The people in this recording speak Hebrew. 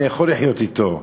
אני יכול לחיות אתו,